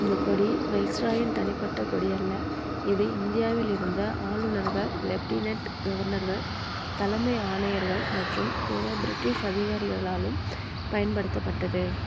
இந்த கொடி வைஸ்ராயின் தனிப்பட்ட கொடி அல்ல இது இந்தியாவில் இருந்த ஆளுநர்கள் லெஃப்டினெட் கவர்னர்கள் தலைமை ஆணையர்கள் மற்றும் பிற பிரிட்டிஷ் அதிகாரிகளாலும் பயன்படுத்தப்பட்டது